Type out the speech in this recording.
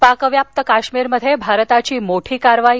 पाकव्याप्त काश्मीरमध्ये भारताची मोठी कारवाई